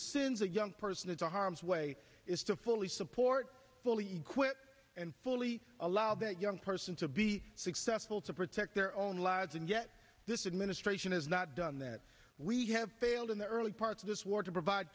since a young person into harm's way is to fully support fully equipped and fully allow that young person to be successful to protect their own lives and yet this administration has not done that we have failed in the early parts of this war to provide